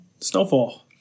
Snowfall